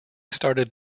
started